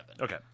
Okay